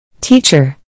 Teacher